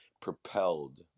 propelled